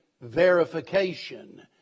verification